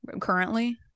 currently